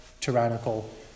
tyrannical